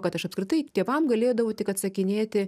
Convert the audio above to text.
kad aš apskritai tėvam galėdavau tik atsakinėti